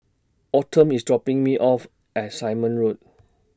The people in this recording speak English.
Autumn IS dropping Me off At Simon Road